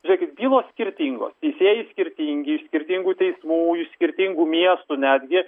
žiūrėkit bylos skirtingos teisėjai skirtingi iš skirtingų teismų iš skirtingų miestų netgi